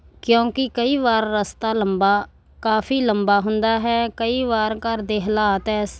ਕਿਉਂਕਿ ਕਈ ਵਾਰ ਰਸਤਾ ਲੰਬਾ ਕਾਫੀ ਲੰਬਾ ਹੁੰਦਾ ਹੈ ਕਈ ਵਾਰ ਘਰ ਦੇ ਹਾਲਾਤ ਐਸੇ